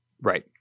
Right